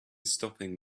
stopping